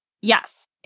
yes